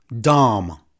Dom